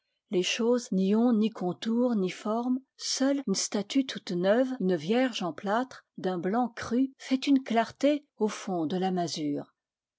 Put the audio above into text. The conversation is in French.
les choses n'y ont ni contours ni formes seule une statue toute neuve une vierge en plâtre d'un blanc cru fait une clarté au fond de la masure